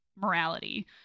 morality